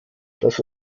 das